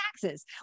taxes